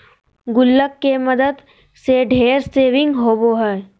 गुल्लक के मदद से ढेर सेविंग होबो हइ